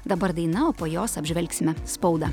dabar daina o po jos apžvelgsime spaudą